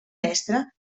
mestre